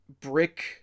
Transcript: brick